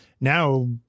Now